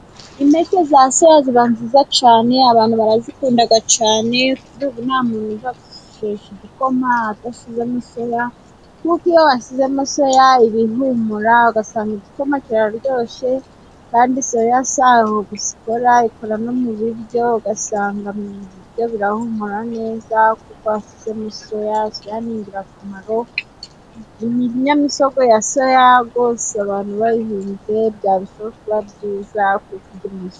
Impeke za soya ziba nziza cyane abantu barazikunda cyane, kuri ubu nta muntu jya kubetesha igikoma adashyizemo soya, kuko iyo washyizemo soya iba ihumura ugasanga igikoma kiraryoshye, kandi soya si aho gusa ikora, ikora no mu biryo ugasanga ibiryo birahumura neza, kuko soya ari ingirakamaro iminyamisogwe ya soya rwose abantu bayihinze byarushaho kuba byiza kugira.....